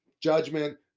judgment